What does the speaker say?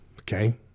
okay